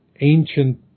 ancient